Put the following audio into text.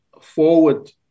forward